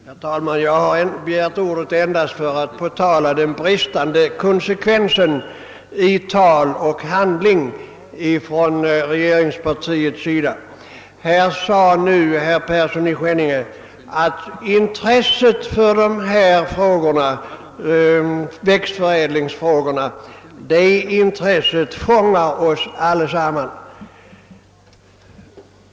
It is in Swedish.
Herr talman! Jag har begärt ordet endast för att påtala den bristande konsekvensen i tal och handling från regeringspartiets sida. Herr Persson i Skänninge sade att intresset för växtförädlingsfrågorna fångar oss alla.